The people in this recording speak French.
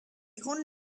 grandes